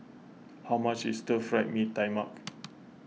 how much is Stir Fried Mee Tai Mak